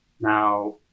now